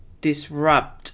disrupt